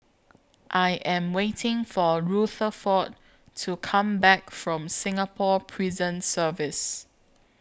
I Am waiting For Rutherford to Come Back from Singapore Prison Service